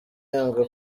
yanga